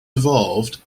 evolved